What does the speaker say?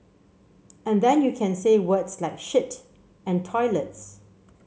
and then you can say words like shit and toilets